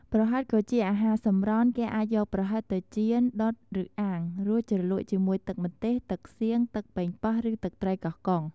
ប្រហិតក៍ជាអាហារសម្រន់ គេអាចយកប្រហិតទៅចៀន ដុត ឬអាំង រួចជ្រលក់ជាមួយទឹកម្ទេស,ទឹកសៀង,ទឹកប៉េងប៉ោះ ឬទឹកត្រីកោះកុង។